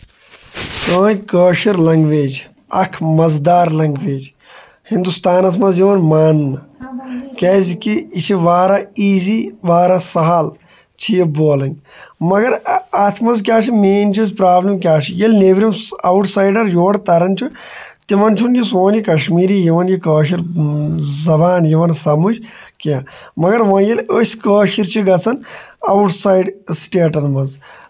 سٲنۍ کٲشِر لَنٛگویج اَکھ مَزٕدار لَنٛگویج ہِندُستانَس منٛز یِوان ماننہٕ کیازکہِ یہِ چھِ واریاہ ایٖزی واریاہ سَہَل چھِ یہِ بولٕنۍ مگر اَتھ منٛز کیاہ چھِ مین چیٖز پرٛابلِم کیاہ چھِ ییٚلہِ نیٚبرِم آوُٹ سایڈَر یور تَرَن چھُ تِمَن چھُنہٕ یہِ سون یہِ کَشمیٖری یِوان یہِ کٲشِر زَبان یِوان سَمٕج کینٛہہ مگر وۄنۍ ییٚلہِ أسۍ کٲشِرۍ چھِ گژھان آوُٹ سایڈ سِٹیٹَن منٛز